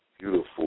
beautiful